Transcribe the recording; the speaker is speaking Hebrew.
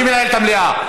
אני מנהל את המליאה.